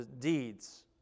deeds